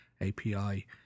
API